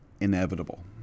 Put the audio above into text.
inevitable